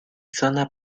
zona